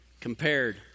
compared